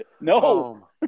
No